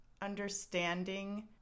understanding